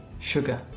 Sugar